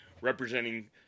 representing